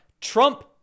Trump